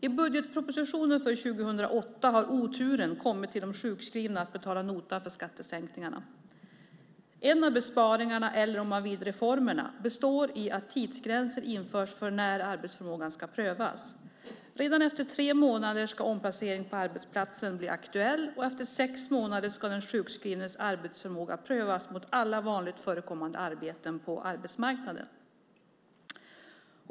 I budgetpropositionen för 2008 har oturen kommit till de sjukskrivna att betala notan för skattesänkningarna. En av besparingarna eller, om man så vill, reformerna, består i att tidsgränser införs för när arbetsförmågan ska prövas. Redan efter tre månader ska omplacering på arbetsplatsen bli aktuell, och efter sex månader ska den sjukskrivnes arbetsförmåga prövas mot alla vanligen förekommande arbeten på arbetsmarknaden.